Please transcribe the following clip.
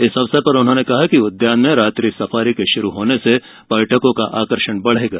इस अवसर पर उन्होंने कहा कि उद्यान में रात्रि सफारी के शुरू होने से पर्यटकों का आकर्षण बढ़ेगा